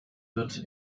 wird